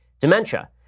dementia